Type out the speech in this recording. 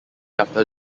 after